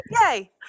Yay